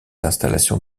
installations